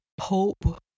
hope